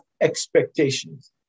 expectations